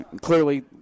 clearly